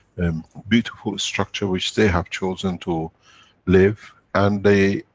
um beautiful structure which they have chosen to live and they,